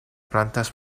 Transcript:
plantas